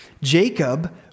Jacob